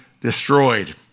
destroyed